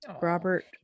Robert